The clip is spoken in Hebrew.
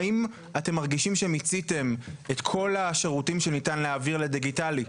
האם אתם מרגישים שמיציתם את כל השירותים שניתן להעביר לדיגיטלי?